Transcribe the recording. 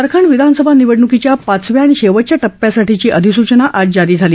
झारखंड विधानसभा निवडणुकीच्या पाचव्या आणि शेवटच्या टप्प्यासाठीची अधिसुचना आज जारी झाली